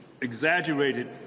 exaggerated